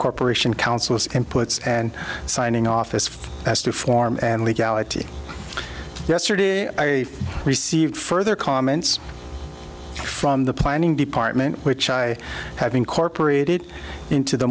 corporation counsel and puts and signing office as to form and legality yesterday i received further comments from the planning department which i have incorporated into the